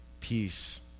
peace